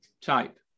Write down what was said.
Type